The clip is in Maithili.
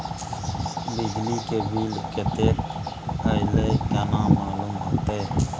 बिजली के बिल कतेक अयले केना मालूम होते?